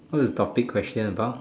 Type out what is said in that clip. what is the topic question about